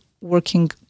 working